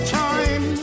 time